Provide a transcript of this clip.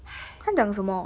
!hais!